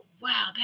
Wow